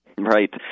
Right